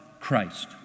Christ